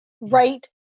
right